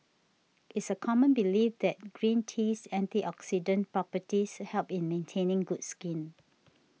it's a common belief that green tea's antioxidant properties help in maintaining good skin